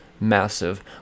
massive